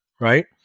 right